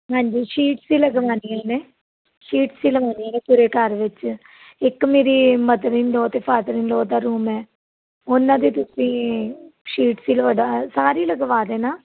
ਹਾਂਜੀ ਸ਼ੀਟਸ ਹੀ ਲਗਵਾਉਣੀਆਂ ਨੇ ਸ਼ੀਟਸ ਹੀ ਲਗਵਾਉਣੀਆਂ ਪੂਰੇ ਘਰ ਵਿੱਚ ਇੱਕ ਮੇਰੀ ਮਦਰ ਇਨ ਲੌ ਅਤੇ ਫਾਦਰ ਇਨ ਲੌ ਦਾ ਰੂਮ ਹੈ ਉਨ੍ਹਾਂ ਦੇ ਤੁਸੀਂ ਸ਼ੀਟਸ ਹੀ ਲਗਵਾ ਸਾਰੇ ਹੀ ਲਗਵਾ ਦੇਣਾ